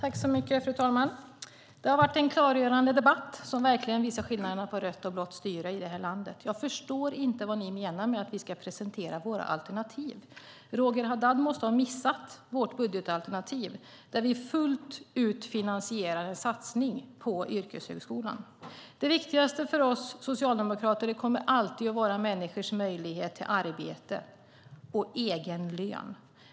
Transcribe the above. Fru talman! Det har varit en klargörande debatt som verkligen visar skillnaderna på rött och blått styre i det här landet. Jag förstår inte vad ni menar med att vi ska presentera våra alternativ. Roger Haddad måste ha missat vårt budgetalternativ där vi fullt ut finansierar en satsning på yrkeshögskolan. Det viktigaste för oss socialdemokrater kommer alltid att vara människors möjlighet till arbete och egen lön.